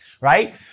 right